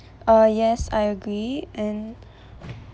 uh yes I agree and